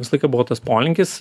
visą laiką buvo tas polinkis